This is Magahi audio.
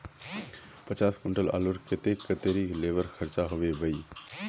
पचास कुंटल आलूर केते कतेरी लेबर खर्चा होबे बई?